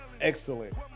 excellent